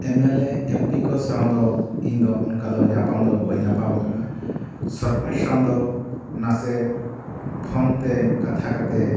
ᱮᱢᱮᱞᱮ MP ᱠᱚ ᱥᱟᱶ ᱫᱚ ᱤᱧᱫᱚ ᱚᱱᱠᱟ ᱫᱚ ᱧᱟᱯᱟᱢ ᱫᱚ ᱵᱟᱹᱧ ᱧᱟᱯᱟᱢ ᱟᱠᱟᱱᱟ ᱥᱚᱨᱯᱚᱧᱡᱽ ᱥᱟᱶ ᱫᱚ ᱱᱟᱥᱮ ᱯᱷᱳᱱᱛᱮ ᱠᱟᱛᱷᱟ ᱠᱟᱛᱮᱫ